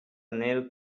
nel